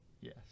Yes